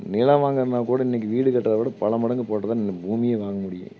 நிலம் வாங்கறதுனாக்கூட இன்னிக்கி வீடு கட்டுறத விட பல மடங்கு போட்டு தான் இந்த பூமியை வாங்க முடியும்